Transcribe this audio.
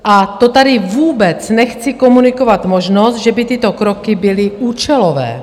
A to tady vůbec nechci komunikovat možnost, že by tyto kroky byly účelové.